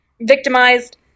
victimized